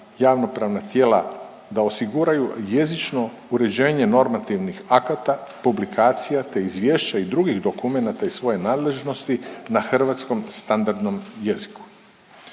javnopravna tijela da osiguraju jezično uređenje normativnih akata, publikacija te izvješća i drugih dokumenata iz svoje nadležnosti na hrvatskom standardnom jeziku.